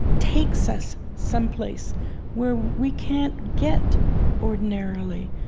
takes us someplace where we can't get ordinarily.